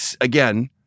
Again